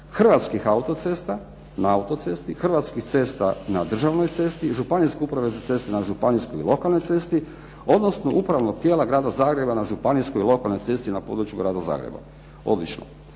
Hrvatskih autocesta, na autocesti, Hrvatskih cesta na državnoj cesti, županijske uprave za ceste na županijskoj i lokalnoj cesti, odnosno upravnog tijela Grada Zagreba na županijskoj i lokalnoj cesti na području Grada Zagreba. Odlično.